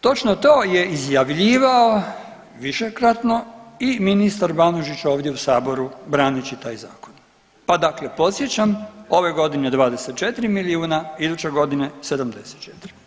Točno to je izjavljivao višekratno i ministar Banožić ovdje u saboru braneći taj zakon, pa dakle podsjećam ove godine 24 milijuna, iduće godine 74.